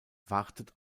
wartet